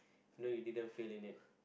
no you didn't fail in it